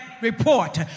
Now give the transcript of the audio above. report